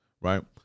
right